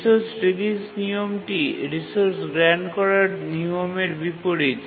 resource release নিয়মটি resource grant করার নিয়মের বিপরীত